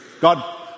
God